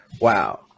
wow